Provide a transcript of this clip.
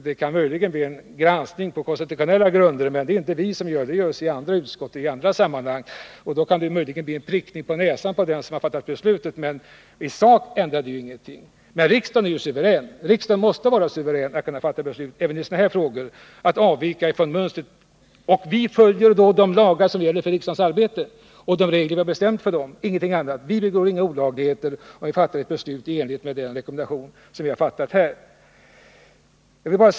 Man kan möjligen göra en granskning av det på konstitutionella grunder, men det är inte vi som gör den utan det görs i ett annat utskott och i ett annat sammanhang. Då kan det möjligen bli en prickning av det statsråd som fattade beslutet. Men i sak ändrar det ingenting. Men riksdagen är suverän. Riksdagen måste vara suverän, även i sådana här frågor. Riksdagen kan avvika från mönstret, och vi följer då de lagar och regler som gäller för riksdagens arbete — ingenting annat. Vi begår inga olagligheter om vi fattar ett beslut i enlighet med den rekommendation som utskottet har gjort.